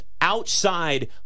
outside